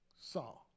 saw